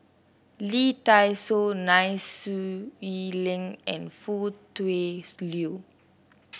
Lee Dai Soh Nai Swee Leng and Foo Tui Liew